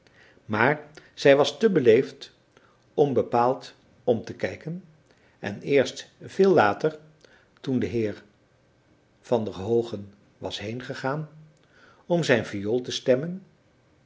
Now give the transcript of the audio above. maar zij was te beleefd om bepaald om te kijken en eerst veel later toen de heer van der hoogen was heengegaan om zijn viool te stemmen